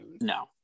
No